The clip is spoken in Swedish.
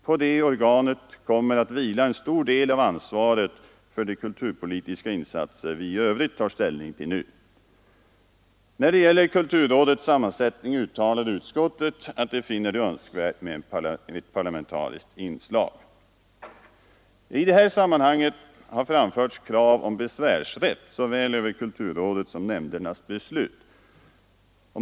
På detta organ kommer att vila en stor del av ansvaret för de kulturpolitiska insatser vi i Övrigt tar ställning till nu. När det gäller kulturrådets sammansättning uttalar utskottet att vi finner det önskvärt med ett parlamentariskt inslag. I det här sammanhanget har framförts krav om besvärsrätt såväl över kulturrådets som över nämndernas beslut.